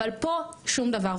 אבל פה שום דבר.